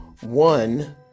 One